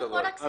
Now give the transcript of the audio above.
אנחנו לא אומרים